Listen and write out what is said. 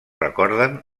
recorden